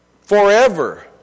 Forever